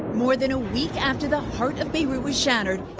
more than a week after the heart of beirut was shattered,